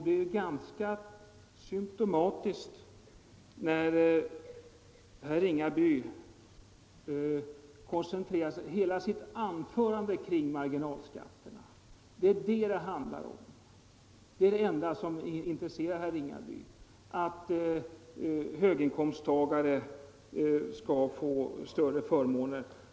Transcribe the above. Det är ganska symtomatiskt att herr Ringaby koncentrerar hela sitt anförande till marginalskatterna. Det är det som det handlar om. Det enda som intresserar herr Ringaby är att höginkomsttagare skall få större förmåner.